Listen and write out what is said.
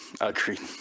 Agreed